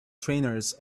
trainers